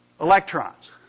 Electrons